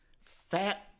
fat